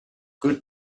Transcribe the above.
good